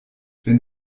wenn